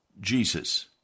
Jesus